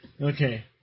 Okay